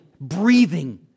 breathing